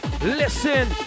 Listen